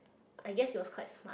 I guess it was quite smart